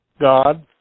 God